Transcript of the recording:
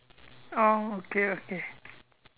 oh okay okay